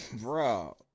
Bro